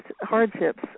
hardships